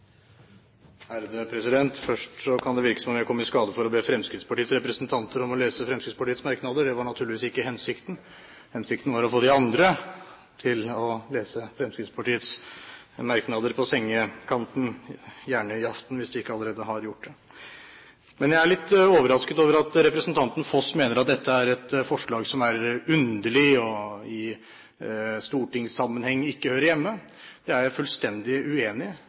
Først: Det kan virke som jeg kom i skade for å be Fremskrittspartiets representanter om å lese Fremskrittspartiets merknader. Det var naturligvis ikke hensikten. Hensikten var å få de andre til å lese Fremskrittspartiets merknader på sengekanten, gjerne i aften, hvis de ikke allerede har gjort det. Jeg er litt overrasket over at representanten Foss mener at dette er et forslag som er underlig og ikke hører hjemme i stortingssammenheng. Jeg er fullstendig uenig.